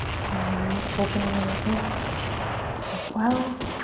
getting a nice opening in the hips as well.